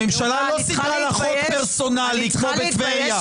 הממשלה לא סידרה לה חוק פרסונלי כמו בטבריה.